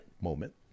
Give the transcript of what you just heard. moment